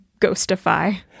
ghostify